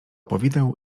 powideł